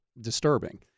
disturbing